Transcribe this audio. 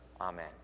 Amen